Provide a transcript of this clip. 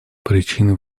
причины